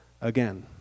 again